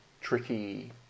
tricky